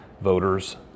voters